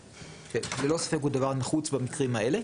שללא ספק הוא דבר נחוץ במקרים האלה.